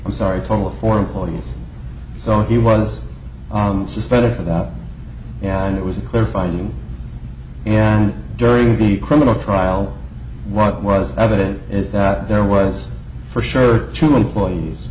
i'm sorry total of four employees so he was suspended for that and it was a clear finding and during the criminal trial what was evident is that there was a for sure to employees